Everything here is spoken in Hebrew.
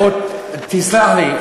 עכשיו,